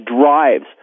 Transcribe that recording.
drives